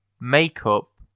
makeup